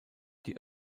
die